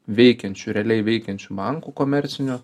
veikiančių realiai veikiančių bankų komercinių